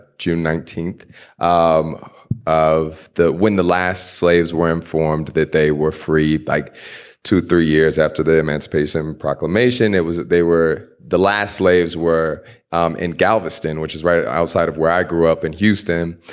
june nineteenth um of that, when the last slaves were informed that they were freed like two, three years after the emancipation proclamation, it was that they were the last slaves were um in galveston, which is right outside of where i grew up in houston.